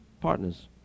partners